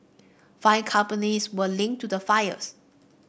five companies were linked to the fires